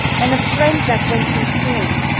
and a friend that went too soon,